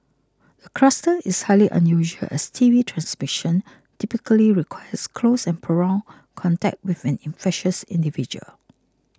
the cluster is highly unusual as T B transmission typically requires close and prolonged contact with an infectious individual